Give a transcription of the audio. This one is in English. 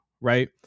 Right